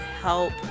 help